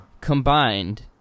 Combined